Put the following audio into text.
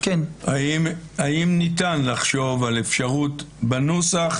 אם ניתן לחשוב על אפשרות בנוסח,